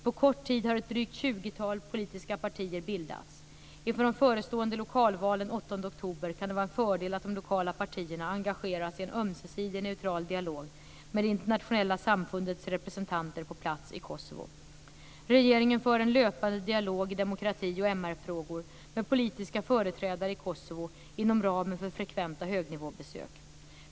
På kort tid har ett drygt tjugotal politiska partier bildats. Inför de förestående lokalvalen den 8 oktober kan det vara en fördel att de lokala partierna engageras i en ömsesidig neutral dialog med det internationella samfundets representanter på plats i Kosovo. Regeringen för en löpande dialog i demokrati och MR-frågor med politiska företrädare i Kosovo inom ramen för frekventa högnivåbesök.